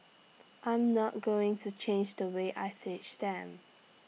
I'm not going to change the way I teach them